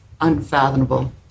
unfathomable